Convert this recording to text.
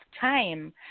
time